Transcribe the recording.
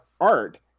art